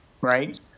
right